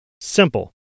simple